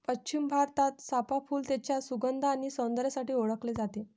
पश्चिम भारतात, चाफ़ा फूल त्याच्या सुगंध आणि सौंदर्यासाठी ओळखले जाते